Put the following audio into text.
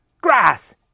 Grass